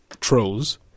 trolls